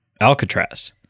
Alcatraz